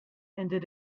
ended